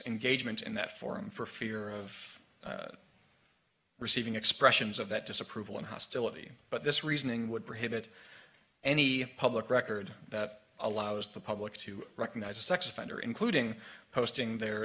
and gauge mint in that forum for fear of receiving expressions of that disapproval and hostility but this reasoning would prohibit any public record that allows the public to recognize a sex offender including posting their